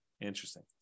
interesting